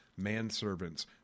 manservants